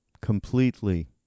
completely